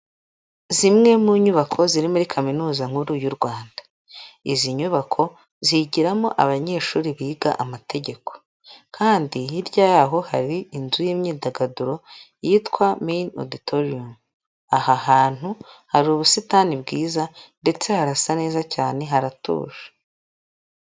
Zimwe mu nyubako ziri muri kaminuza nkuru y'u Rwanda, izi nyubako zigiramo abanyeshuri biga amategeko, kandi hirya yaho hari inzu y'imyidagaduro yitwa Main Auditorium, aha hantu hari ubusitani bwiza ndetse harasa neza cyane haratuje.